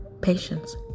patience